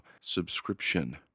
subscription